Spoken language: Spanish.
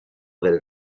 del